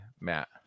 matt